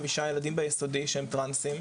חמישה ילדים ביסודי שהם טרנסים,